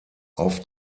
auf